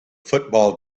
football